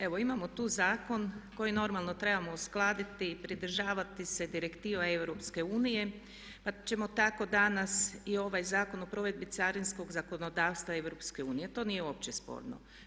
Evo imamo tu zakon koji normalno trebamo uskladiti, pridržavati se Direktiva EU pa ćemo tako danas i ovaj Zakon o provedbi carinskog zakonodavstva EU, to nije uopće sporno.